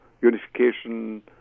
unification